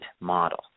model